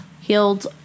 healed